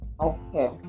Okay